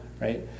right